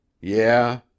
Yeah